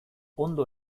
ondo